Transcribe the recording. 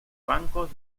bancos